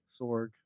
Sorg